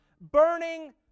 burning